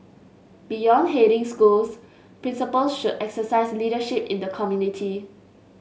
beyond heading schools principals should exercise leadership in the community